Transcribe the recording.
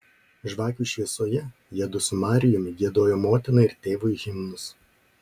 žvakių šviesoje jiedu su marijumi giedojo motinai ir tėvui himnus